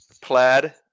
Plaid